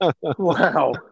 Wow